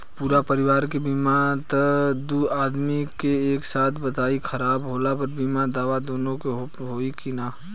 पूरा परिवार के बीमा बा त दु आदमी के एक साथ तबीयत खराब होला पर बीमा दावा दोनों पर होई की न?